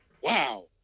Wow